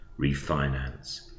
Refinance